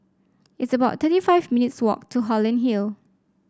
it's about thirty five minutes' walk to Holland Hill